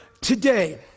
today